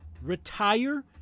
Retire